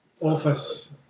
office